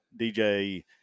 DJ